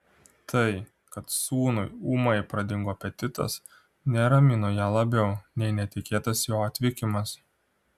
tai kad sūnui ūmai pradingo apetitas neramino ją labiau nei netikėtas jo atvykimas